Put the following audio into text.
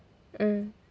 mm